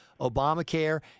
Obamacare